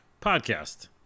podcast